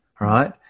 right